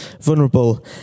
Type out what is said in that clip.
vulnerable